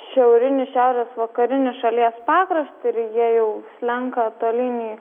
šiaurinį šiaurės vakarinį šalies pakraštį ir jie jau slenka tolyn į